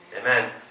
Amen